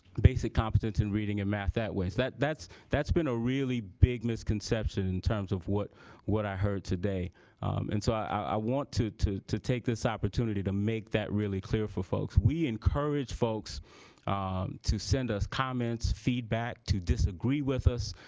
basic competence in reading and math that ways that that's that's been a really big misconception in terms of what what i heard today and so i want to to take this opportunity to make that really clear for folks we encourage folks to send us comments feedback to disagree with us